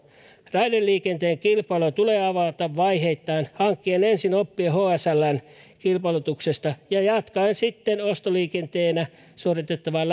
raideliikenteen kilpailua tulee avata vaiheittain hankkien ensin oppia hsln kilpailutuksesta ja jatkaen sitten ostoliikenteenä suoritettavaan